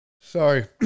sorry